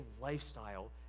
lifestyle